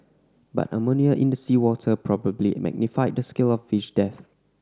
but ammonia in the seawater probably magnified the scale of fish deaths